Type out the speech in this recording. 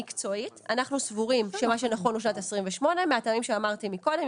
מקצועית אנחנו סבורים שמה שנכון הוא שנת 2028 מהטעמים שאמרתי מקודם.